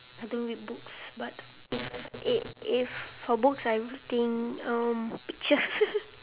I don't read books but if if if for books I think um pictures